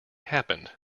happened